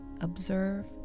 observe